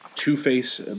Two-Face